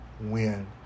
win